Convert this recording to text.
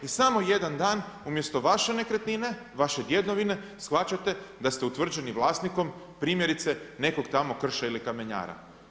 I samo jedan dan umjesto vaše nekretnine, vaše djedovine shvaćate da ste utvrđeni vlasnikom, primjerice nekog tamo krša ili kamenjara.